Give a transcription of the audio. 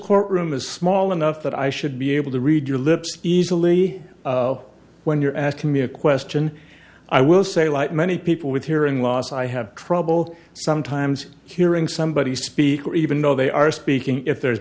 courtroom is small enough that i should be able to read your lips easily when you're asking me a question i will say like many people with hearing loss i have trouble sometimes hearing somebody speak or even though they are speaking if there's